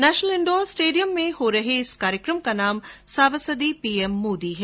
national indoor stadium में होने वाले इस कार्यक्रम का नाम सावासदी पीएम मोदी है